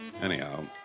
Anyhow